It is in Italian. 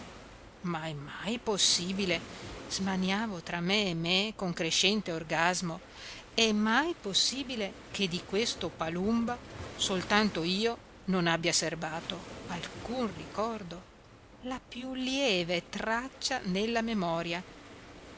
ma è mai possibile smaniavo tra me e me con crescente orgasmo è mai possibile che di questo palumba soltanto io non abbia serbato alcun ricordo la più lieve traccia nella memoria